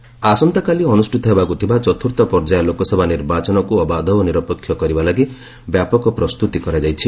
ପୋଲ roundup ଆସନ୍ତାକାଲି ଅନୁଷ୍ଠିତ ହେବାକୁଥିବା ଚତୁର୍ଥ ପର୍ଯ୍ୟାୟ ଲୋକସଭା ନିର୍ବାଚନକୁ ଅବାଧ ଓ ନିରପେକ୍ଷ କରିବା ଲାଗି ବ୍ୟାପକ ପ୍ରସ୍ତୁତି କରାଯାଇଛି